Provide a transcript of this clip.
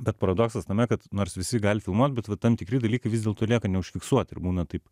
dar paradoksas tame kad nors visi gali filmuot bet va tam tikri dalykai vis dėlto lieka neužfiksuoti ir būna taip